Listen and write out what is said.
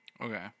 Okay